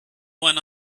one